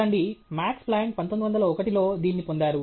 చూడండి Max Planck 1901 లో దీన్ని పొందారు